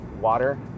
water